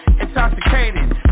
Intoxicated